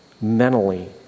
mentally